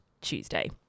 Tuesday